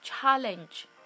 challenge